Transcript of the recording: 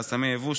חסמי יבוא,